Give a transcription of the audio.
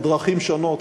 בדרכים שונות,